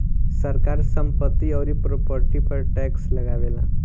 सरकार संपत्ति अउरी प्रॉपर्टी पर टैक्स लगावेला